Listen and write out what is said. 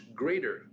greater